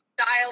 style